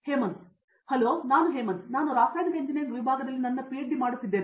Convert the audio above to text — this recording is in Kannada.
ಹೇಮಂತ್ ಹಲೋ ನಾನು ಹೇಮಂತ್ ನಾನು ರಾಸಾಯನಿಕ ಎಂಜಿನಿಯರಿಂಗ್ ವಿಭಾಗದಲ್ಲಿ ನನ್ನ ಪಿಎಚ್ಡಿ ಮಾಡುತ್ತಿದ್ದೇನೆ